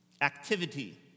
activity